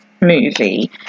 movie